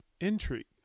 intrigue